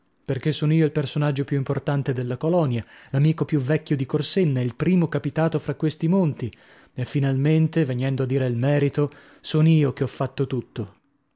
perchè son io il personaggio più importante della colonia l'amico più vecchio di corsenna il primo capitato tra questi monti e finalmente vegnendo a dir el merito son io che ho fatto tutto